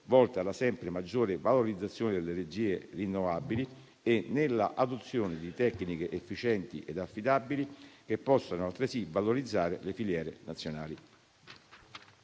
volte alla sempre maggior valorizzazione delle energie rinnovabili e nell'adozione di tecniche efficienti e affidabili che possano altresì valorizzare le filiere nazionali.